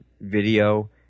video –